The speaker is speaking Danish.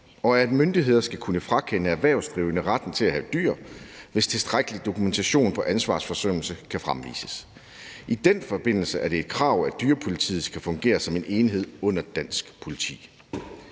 og at myndigheder skal kunne frakende erhvervsdrivende retten til at have dyr, hvis tilstrækkelig dokumentation for ansvarsforsømmelse kan fremvises. I den forbindelse er det et krav, at dyrepolitiet skal fungere som en enhed under dansk politi.